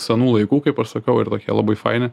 senų laikų kaip aš sakau ir tokie labai faini